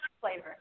flavor